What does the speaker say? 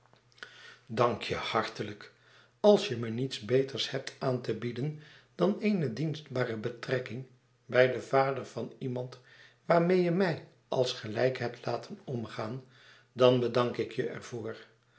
dank je hartelijk als je me niets beters hebt aan te bieden dan eene dienstbare betrekking bij den vader van iemand waarmeê je mij als gelijke hebt laten omgaan dan bedank ik je